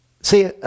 See